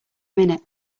minute